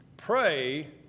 Pray